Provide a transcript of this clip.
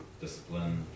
discipline